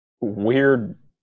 weird